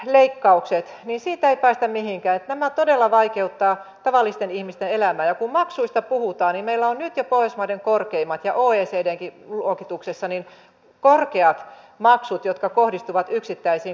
leikkaukset ni siitä että mihin käyttämä todella vaikeuttavat tavallisten ihmisten elämää toisin kuin muualla maailmassa meillä korkeakoulutus ei saa aikaan halua ryhtyä yrittäjäksi vaan päinvastoin vähentää sitä halua